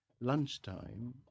Lunchtime